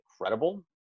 incredible